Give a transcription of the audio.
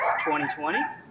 2020